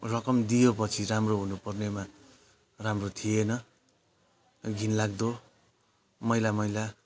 रकम दियोपछि राम्रो हुनुपर्नेमा राम्रो थिएन घिनलाग्दो मैला मैला